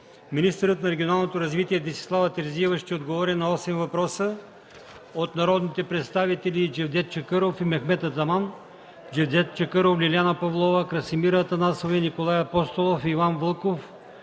Министърът на регионалното развитие Десислава Терзиева ще отговори на 8 въпроса от народните представители Джевдет Чакъров и Мехмед Атаман, Джевдет Чакъров, Лиляна Павлова, Красимира Атанасова и Николай Апостолов, Иван Вълков,